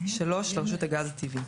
(3)לרשות הגז הטבעי.